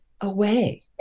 away